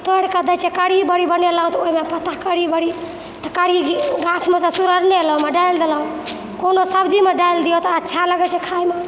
तोड़िके दै छिए कढ़ी बड़ी बनेलहुँ तऽ ओहिमे पत्ता कढ़ी बड़ी तऽ कढ़ी गाछमेसँ सहोरने अएलहुँ ओहिमे डालि देलहुँ कोनो सब्जीमे डालि दिऔ तऽ अच्छा लगै छै खाइमे